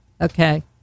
Okay